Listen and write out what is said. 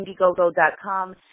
Indiegogo.com